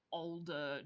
older